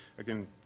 again,